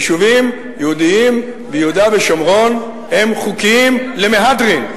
יישובים יהודיים ביהודה ושומרון הם חוקיים למהדרין.